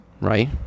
Right